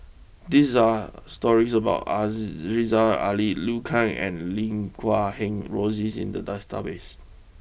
these are stories about Ali Liu Kang and Lim Guat Kheng Rosie's in the base